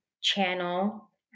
channel